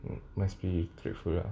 you must be grateful lah